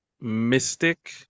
mystic